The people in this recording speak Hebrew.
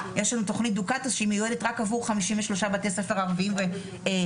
יש לנו תכנית דוקאטס שהיא מיועדת רק עבור 53 בתי ספר ערביים בדואיים,